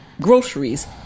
groceries